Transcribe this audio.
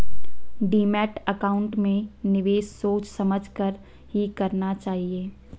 demat account में निवेश सोच समझ कर ही करना चाहिए